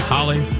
Holly